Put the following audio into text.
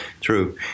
true